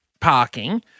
parking